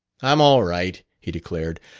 i'm all right, he declared.